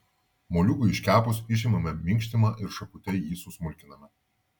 moliūgui iškepus išimame minkštimą ir šakute jį susmulkiname